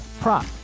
prop